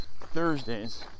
Thursdays